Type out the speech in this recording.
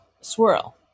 swirl